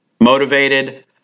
motivated